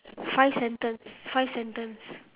five sentence five sentence